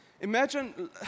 Imagine